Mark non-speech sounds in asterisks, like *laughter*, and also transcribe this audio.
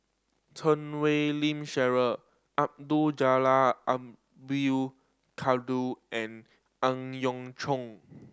Chan Wei Ling Cheryl Abdul Jalil *unintelligible* and Ang Yau Choon